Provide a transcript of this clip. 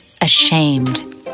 ashamed